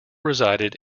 resided